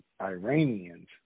Iranians